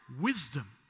Wisdom